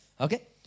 okay